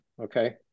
okay